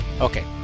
Okay